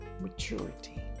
maturity